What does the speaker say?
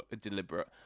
deliberate